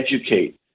educate